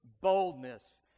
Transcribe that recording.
boldness